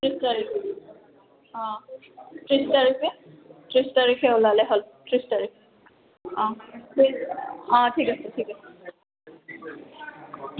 ত্ৰিছ তাৰিখ অঁ ত্ৰিছ তাৰিখে ত্ৰিছ তাৰিখে ওলালে হ'ল ত্ৰিছ তাৰিখ অঁ অঁ ঠিক আছে ঠিক আছে